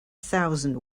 thousand